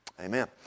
Amen